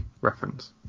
reference